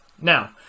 Now